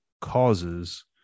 causes